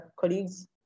colleagues